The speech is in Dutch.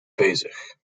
bezig